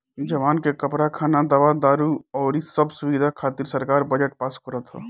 जवान के कपड़ा, खाना, दवा दारु अउरी सब सुबिधा खातिर सरकार बजट पास करत ह